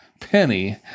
Penny